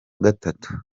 gatatu